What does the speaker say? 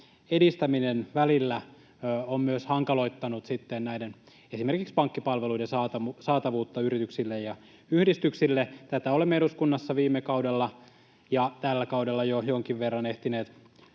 edistäminen on myös välillä hankaloittanut esimerkiksi pankkipalveluiden saatavuutta yrityksille ja yhdistyksille. Tästä olemme eduskunnassa viime kaudella ja tällä kaudella jo jonkin verran ehtineet